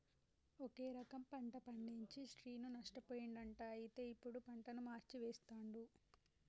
ఒకే రకం పంట పండించి శ్రీను నష్టపోయిండు అంట అయితే ఇప్పుడు పంటను మార్చి వేస్తండు